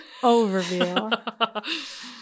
overview